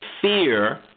fear